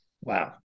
Wow